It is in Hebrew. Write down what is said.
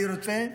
אני רוצה,